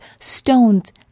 stones